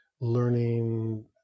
Learning